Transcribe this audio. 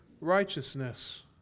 righteousness